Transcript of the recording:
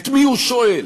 את מי הוא שואל,